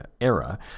era